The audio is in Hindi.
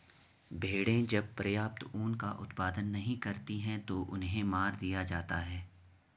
भेड़ें जब पर्याप्त ऊन का उत्पादन नहीं करती हैं तो उन्हें मार दिया जाता है